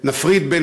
ונפריד,